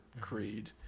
creed